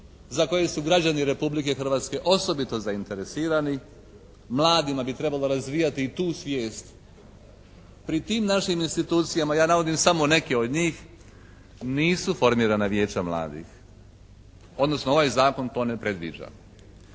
za koje su građani Republike Hrvatske osobito zainteresirani, mladima bi trebalo razvijati i tu svijest. Pri tim našim institucijama, ja navodim samo neke od njih, nisu formirana vijeća mladih odnosno ovaj zakon to ne predviđa.